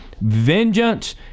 vengeance